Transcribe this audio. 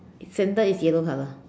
center is yellow color